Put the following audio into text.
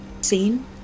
seen